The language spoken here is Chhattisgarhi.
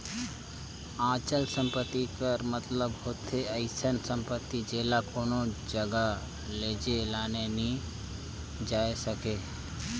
अचल संपत्ति कर मतलब होथे अइसन सम्पति जेला कोनो जगहा लेइजे लाने नी जाए सके